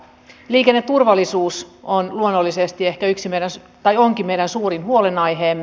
liikenneturvallisuus on luonnollisesti meidän suurin huolenaiheemme